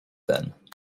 then